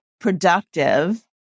productive